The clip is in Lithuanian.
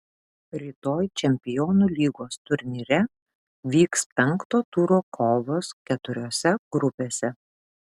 rytoj čempionų lygos turnyre vyks penkto turo kovos keturiose grupėse